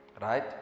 Right